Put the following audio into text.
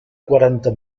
quaranta